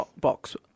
box